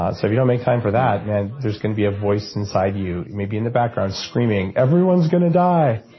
ah so if you don't make time for that then there's going to be a voice inside you, maybe in the background screaming everyone's going to die.